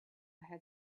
had